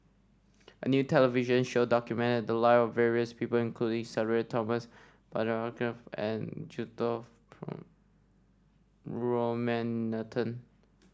a new television show documented the live of various people including Sudhir Thomas Vadaketh and Juthika Ramanathan